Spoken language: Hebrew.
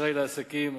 האשראי לעסקים,